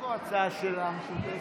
חברי הכנסת מתבקשים לשבת ולעטות מסכות.